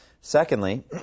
Secondly